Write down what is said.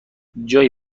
جایی